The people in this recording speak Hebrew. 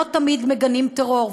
לא תמיד מגנים טרור,